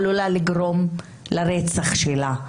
עלולה לגרום לרצח שלה.